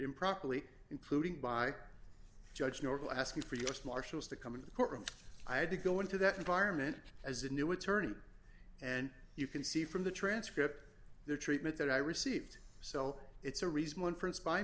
improperly including by judge normal asking for u s marshals to come into the courtroom i had to go into that environment as a new attorney and you can see from the transcript their treatment that i received so it's a reason